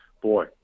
boy